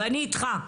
ואני איתך.